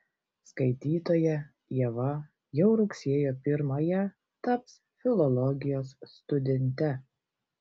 skaitytoja ieva jau rugsėjo pirmąją taps filologijos studente